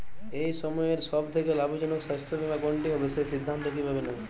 এই সময়ের সব থেকে লাভজনক স্বাস্থ্য বীমা কোনটি হবে সেই সিদ্ধান্ত কীভাবে নেব?